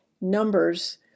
numbers